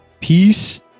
Peace